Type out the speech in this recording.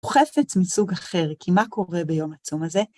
הוא חפץ מסוג אחר, כי מה קורה ביום הצום הזה?